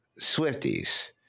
Swifties